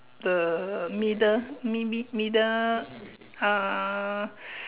the middle mi~ mi~ middle uh